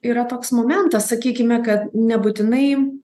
yra toks momentas sakykime kad nebūtinai